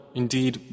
indeed